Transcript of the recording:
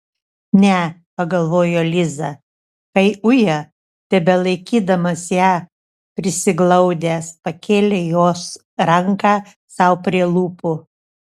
ne pagalvojo liza kai uja tebelaikydamas ją prisiglaudęs pakėlė jos ranką sau prie lūpų